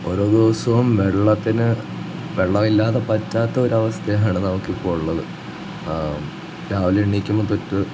ഓരോ ദിവസവും വെള്ളത്തിന് വെള്ളമില്ലാതെ പറ്റാത്തൊരവസ്ഥയാണ് നമുക്കിപ്പോൾ ഉള്ളത് രാവിലെ എണീക്കുമ്പോൾ തൊട്ട്